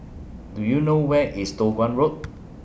Do YOU know Where IS Toh Guan Road